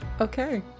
Okay